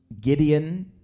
Gideon